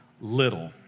little